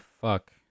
fuck